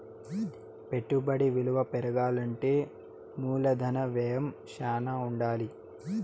పెట్టుబడి విలువ పెరగాలంటే మూలధన వ్యయం శ్యానా ఉండాలి